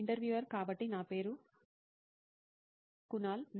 ఇంటర్వ్యూఈ కాబట్టి నా పేరు కునాల్